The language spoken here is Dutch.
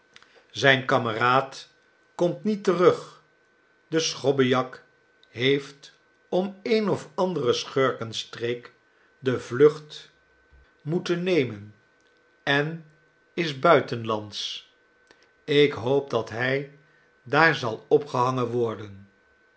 zijn kameraad komt niet terug de schobbejak heeft om een of anderen schurkenstreek de vlucht moeten nemen en is buitenslands ik hoop dat hy daar zal opgehangen worden